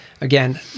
Again